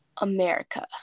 America